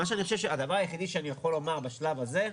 הדבר היחידי שאני יכול לומר בשלב הזה,